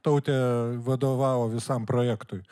tautė vadovavo visam projektui